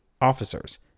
officers